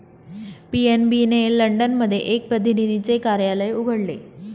PNB ने London मध्ये एक प्रतिनिधीचे कार्यालय उघडले